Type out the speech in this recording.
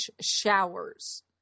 showers